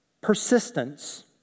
persistence